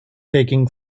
taking